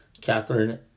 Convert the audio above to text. Catherine